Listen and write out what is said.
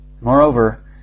Moreover